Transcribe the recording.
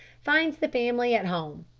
finds the family at home.